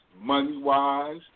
money-wise